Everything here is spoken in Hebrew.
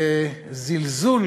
וזלזול